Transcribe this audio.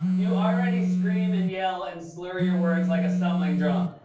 you already scream and yell and slur your words like a stumbling drunk.